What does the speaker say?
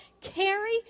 carry